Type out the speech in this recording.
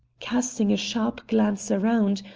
casting a sharp glance around,